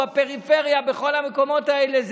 בפריפריה בכל המקומות האלה,